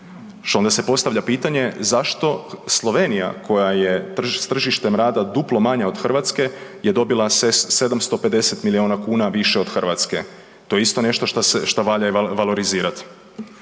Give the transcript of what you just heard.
Onda se postavlja pitanje zašto Slovenija koja je s tržištem rad duplo manja od Hrvatske je dobila 750 miliona kuna više od Hrvatske. To je isto nešto što valja valorizirati.